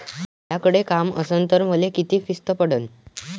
मायाकडे काम असन तर मले किती किस्त पडन?